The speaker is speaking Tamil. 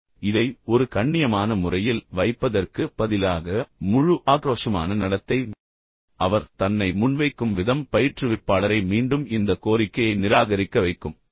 எனவே இதை ஒரு கண்ணியமான முறையில் வைப்பதற்குப் பதிலாக முழு ஆக்ரோஷமான நடத்தை அவர் தன்னை முன்வைக்கும் விதம் பயிற்றுவிப்பாளரை மீண்டும் இந்த கோரிக்கையை நிராகரிக்க வைக்கும்